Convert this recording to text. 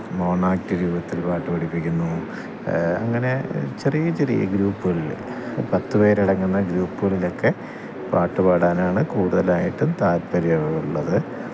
mono act രൂപത്തില് പാട്ടു പഠിപ്പിക്കുന്നു അങ്ങനെ ചെറിയെ ചെറിയ ഗ്രൂപ്പുകളിൽ പത്തു പേരടങ്ങുന്ന ഗ്രൂപ്പുകളിലൊക്കെ പാട്ടു പാടാനാണ് കൂടുതലായിട്ടും താല്പ്പര്യമുള്ളത്